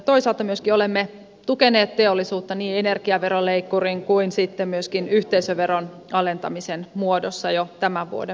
toisaalta olemme myöskin tukeneet teollisuutta niin energiaveroleikkurin kuin sitten myöskin yhteisöveron alentamisen muodossa jo tämän vuoden budjetissa